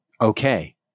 okay